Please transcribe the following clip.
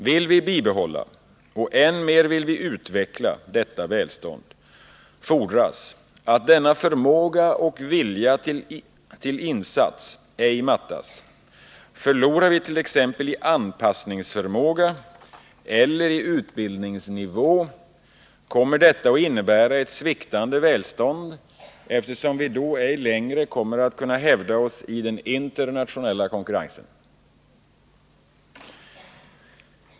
Vill vi bibehålla och, än mer, vill vi utveckla detta välstånd, fordras att denna förmåga och vilja till insats ej mattas. Förlorar vi t.ex. i anpassningsförmåga eller i utbildningsnivå kommer detta att innebära ett sviktande välstånd, eftersom vi då ej längre kommer att kunna hävda oss i den internationella konkurrensen.